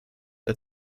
der